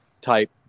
type